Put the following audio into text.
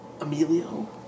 Emilio